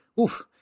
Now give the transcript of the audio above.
Oof